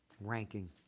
Ranking